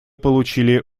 получили